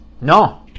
No